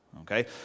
Okay